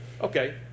Okay